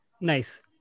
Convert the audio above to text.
Nice